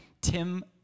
Tim